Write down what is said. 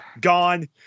gone